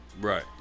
Right